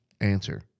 answer